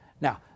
now